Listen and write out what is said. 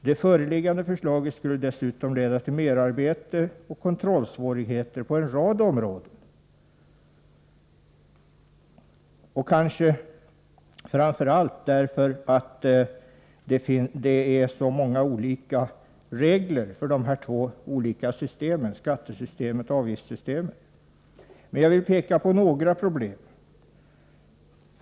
Det föreliggande förslaget skulle dessutom leda till merarbete och kontrollsvårigheter på en rad områden, kanske framför allt därför att det finns så många olika regler för de två systemen, skattesystemet och avgiftsystemet. Jag vill bara peka på några problem.